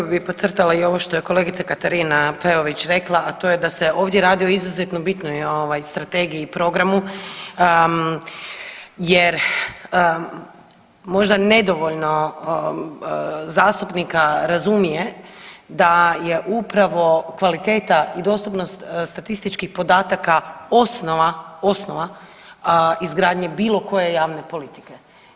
Pa prvo bi podcrtala i ovo što je kolegica Katarina Peović rekla, a to je da se ovdje radi o izuzetno bitnoj ovaj strategiji i programu jer možda nedovoljno zastupnika razumije da je upravo kvaliteta i dostupnost statističkih podataka osnova, osnova izgradnje bilo koje javne politike.